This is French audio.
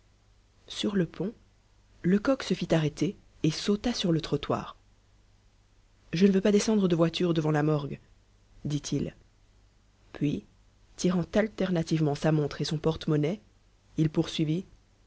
sur le pont lecoq se fit arrêter et sauta sur le trottoir je ne veux pas descendre de voiture devant la morgue dit-il puis tirant alternativement sa montre et son porte-monnaie il poursuivit